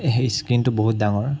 স্ক্ৰীণটো বহুত ডাঙৰ